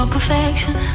Perfection